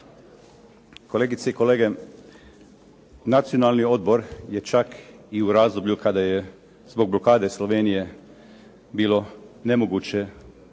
Kolegice i kolege Nacionalni odbor je čak u razdoblju kada je zbog blokade Slovenije bilo nemoguće